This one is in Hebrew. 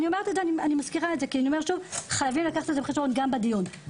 אני מזכירה את זה כי חייבים לקחת זאת בחשבון גם בדיון הזה.